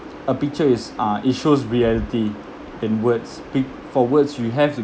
a picture is uh it shows reality than words pic~ for words we have to